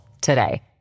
today